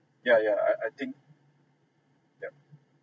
yeah yeah I I think yup